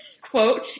quote